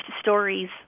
stories